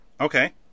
Okay